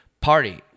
party